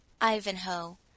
Ivanhoe